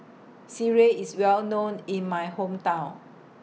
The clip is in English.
Sireh IS Well known in My Hometown